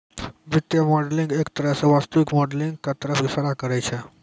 वित्तीय मॉडलिंग एक तरह स वास्तविक मॉडलिंग क तरफ इशारा करै छै